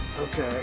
Okay